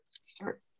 start